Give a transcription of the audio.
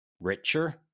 richer